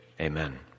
amen